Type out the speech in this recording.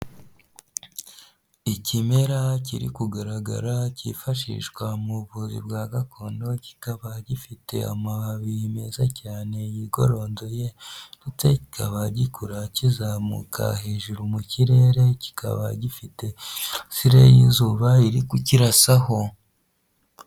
Ikimera kiri kugaragara cyifashishwa mu buvuzi bwa gakondo, kikaba gifite amababi meza cyane yigoronzoye, ndetse ki kaba gikura cyizamuka hejuru mu kirere, kikaba gifite imirasire y'izuba iri gukirasaho.